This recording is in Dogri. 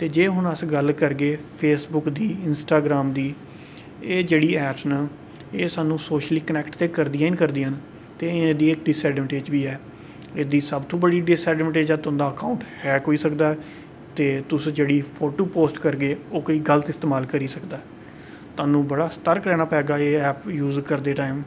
ते जे हून अस गल्ल करगे फेसबुक दी इंस्टाग्राम दी एह् जेह्ड़ी ऐप्स न एह् साह्नूं सोशिली कनैक्ट ते करदियां करदियां न ते इना दी इक डिसएडवांटेज बी ऐ एह्दी सबतूं बड्डी डिसएडवांटेज ऐ तुं'दा अकाउंट हैक होई सकदा ऐ ते तुस जेह्ड़ी फोटू पोस्ट करगे ओह् कोई गलत इस्तेमाल करी सकदा ऐ थुहानूं बड़ा सतर्क रौह्ना पवे गा एह् ऐप यूज़ करदे टाइम